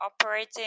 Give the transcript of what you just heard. operating